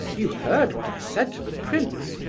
you heard what i said to the prince?